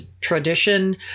tradition